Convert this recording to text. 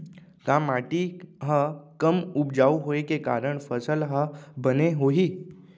का माटी हा कम उपजाऊ होये के कारण फसल हा बने होही?